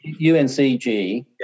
UNCG